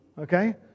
okay